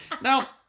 Now